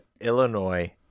Illinois